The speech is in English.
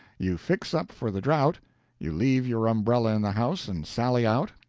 you fix up for the drought you leave your umbrella in the house and sally out,